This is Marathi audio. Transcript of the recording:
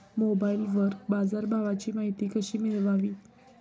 मोबाइलवर बाजारभावाची माहिती कशी मिळवावी?